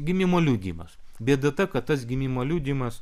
gimimo liudijimas bėda ta kad tas gimimo liudijimas